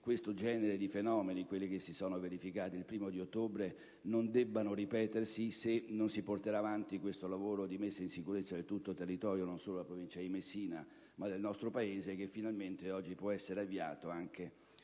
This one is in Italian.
futuro, che i fenomeni che si sono verificati il 1° ottobre non possono ripetersi se non si porterà avanti questo lavoro di messa in sicurezza di tutto il territorio, non solo della provincia di Messina, ma del nostro Paese, che finalmente oggi può essere avviato, anche